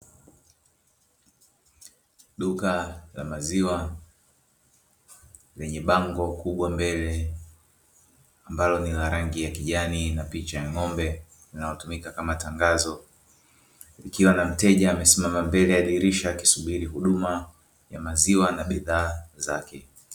Duka la maziwa lenye bango kubwa mbele ambalo lina rangi ya kijani na picha ya ng'ombe linalotumika kama tangazo ikiwa na mteja amesimama mbele ya dirisha akisubiri huduma ya maziwa na bidhaa zake.